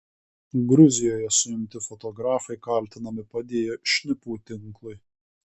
gruzijoje suimti fotografai kaltinami padėję šnipų tinklui